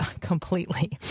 completely